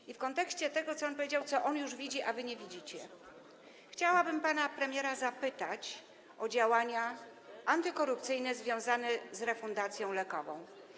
I w kontekście tego, co on powiedział, co on już widzi, a czego wy nie widzicie, chciałabym pana premiera zapytać o działania antykorupcyjne związane z refundacją lekową.